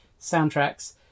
soundtracks